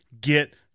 get